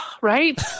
Right